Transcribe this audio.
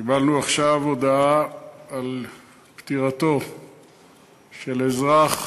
קיבלנו עכשיו הודעה על פטירתו של אזרח